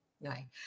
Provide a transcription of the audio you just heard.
Right